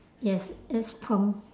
yes it's perm